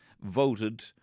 voted